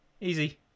easy